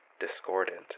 discordant